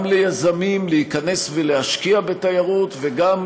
גם ליזמים, להיכנס להשקיע בתיירות, וגם